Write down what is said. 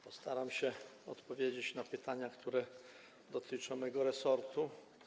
Postaram się odpowiedzieć na pytania, które dotyczą mojego resortu.